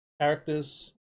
characters